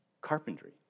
carpentry